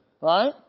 Right